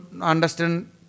understand